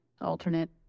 alternate